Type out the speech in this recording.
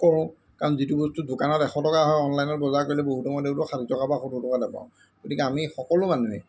কৰোঁ কাৰণ যিটো বস্তু দোকানত এশ টকা হয় অনলাইনৰ বজাৰ কৰিলে বহুত সময়ত সেইটো ষাঠি টকা বা সত্তৰ টকাতে পাওঁ গতিকে আমি সকলো মানুহে